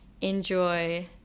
enjoy